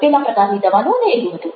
પેલા પ્રકારની દવા લો અને એવું બધું